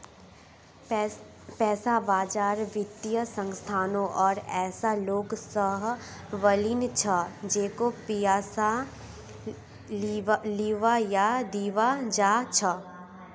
पैसा बाजार वित्तीय संस्थानों आर ऐसा लोग स बनिल छ जेको पैसा लीबा या दीबा चाह छ